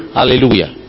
Hallelujah